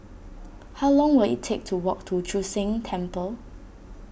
how long will it take to walk to Chu Sheng Temple